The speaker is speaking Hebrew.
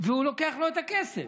והוא לוקח לו את הכסף.